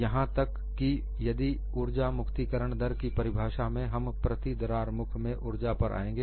यहां तक कि यदि ऊर्जा मुक्तिकरण दर की परिभाषा में हम प्रति दरार मुख में उर्जा पर आएंगे